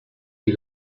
die